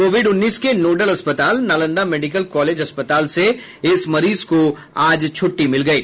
Covid उन्नीस के nodal अस्पताल नालंदा मेडिकल कॉलेज अस्पताल से इस मरीज को छुट्टी को दी गयी